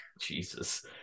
Jesus